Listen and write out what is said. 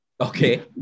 Okay